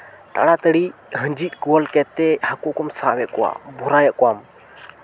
ᱛᱟᱲᱤᱛᱟᱹᱲᱤ ᱟᱸᱡᱮᱫ ᱜᱚᱫ ᱠᱟᱛᱮᱫ ᱦᱟᱹᱠᱩ ᱠᱚᱢ ᱥᱟᱵ ᱮᱫ ᱠᱚᱣᱟ ᱵᱷᱚᱨᱟᱣ ᱮᱫ ᱠᱚᱣᱟᱢ